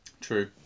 True